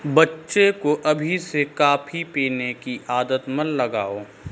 बच्चे को अभी से कॉफी पीने की आदत मत लगाओ